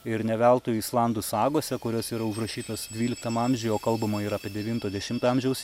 ir ne veltui islandų sagose kurios yra užrašytos dvyliktam amžiuj o kalbama yra apie devinto dešimto amžiaus